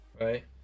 right